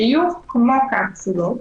שיהיו כמו קפסולות,